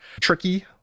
tricky